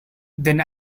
then